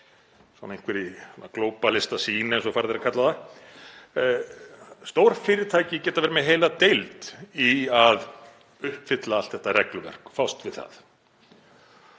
einhverri glóbalistasýn, eins og farið er að kalla það. Stórfyrirtæki geta verið með heila deild í að uppfylla allt þetta regluverk og fást við það,